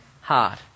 hard